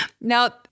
now